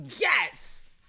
yes